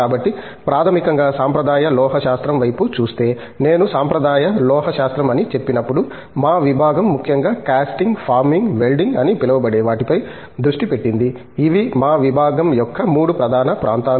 కాబట్టి ప్రాథమికంగా సాంప్రదాయ లోహశాస్త్రం వైపు చూస్తే నేను సాంప్రదాయ లోహశాస్త్రం అని చెప్పినప్పుడు మా విభాగం ముఖ్యంగా కాస్టింగ్ ఫార్మింగ్ వెల్డింగ్ అని పిలువబడే వాటిపై దృష్టి పెట్టింది ఇవి మా విభాగం యొక్క 3 ప్రధాన ప్రాంతాలు